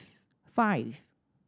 five